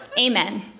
Amen